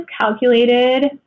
calculated